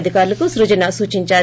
అధికారులకు సృజన సూచించారు